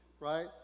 Right